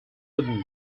wooden